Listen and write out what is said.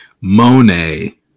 Monet